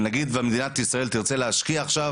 נגיד ומדינת ישראל תרצה להשקיע עכשיו